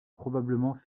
probablement